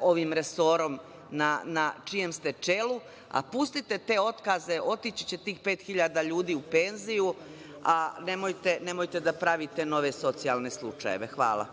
ovim resorom na čijem ste čelu, a pustite te otkaze, otići će tih 5.000 ljudi u penziju, nemojte da pravite nove socijalne slučajeve. Hvala.